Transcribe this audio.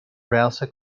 browser